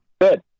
Good